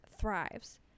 thrives